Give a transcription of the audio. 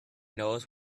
knows